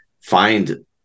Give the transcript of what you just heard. find